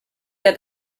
der